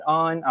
on